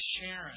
Sharon